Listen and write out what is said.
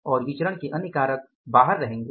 और विचरण के अन्य कारक बाहर रहेंगे